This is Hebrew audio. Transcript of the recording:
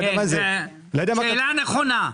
שאלה נכונה,